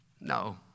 No